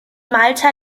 malta